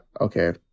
Okay